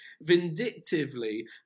vindictively